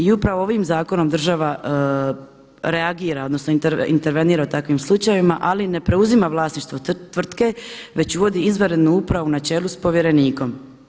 I upravo ovim zakonom država reagira, odnosno intervenira u takvim slučajevima ali ne preuzima vlasništvo tvrtke već uvodi izvanrednu upravu na čelu sa povjerenikom.